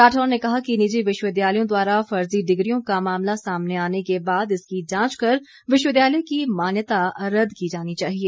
राठौर ने कहा कि निजी विश्वविद्यालयों द्वारा फर्जी डिग्रियों का मामला सामने आने के बाद इसकी जांच कर विश्वविद्यालय की मान्यता रदद की जानी चाहिए